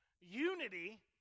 Unity